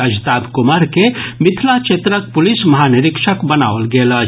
अजिताभ कुमार के मिथिला क्षेत्रक पुलिस महानिरीक्षक बनाओल गेल अछि